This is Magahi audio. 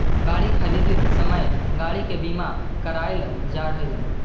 गाड़ी खरीदित समय गाड़ी के बीमा करावल जा हई